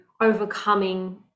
overcoming